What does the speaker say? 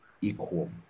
equal